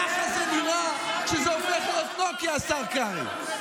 ככה זה נראה כשזה הופך להיות נוקיה, השר קרעי.